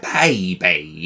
baby